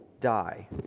die